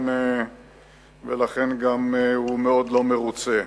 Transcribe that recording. ולכן הוא מאוד לא מרוצה.